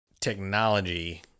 technology